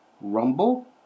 Rumble